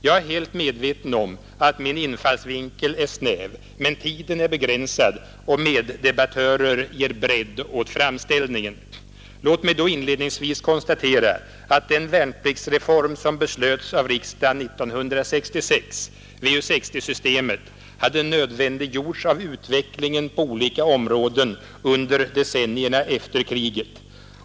Jag är helt medveten om att min infallsvinkel är snäv men tiden är begränsad, och meddebattörer ger bredd åt framställningen. Låt mig då inledningsvis konstatera att den värnpliktsreform som beslöts av riksdagen 1966, VU 60-systemet, hade nödvändiggjorts av utvecklingen på olika områden under decennierna efter kriget.